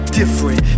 different